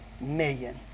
million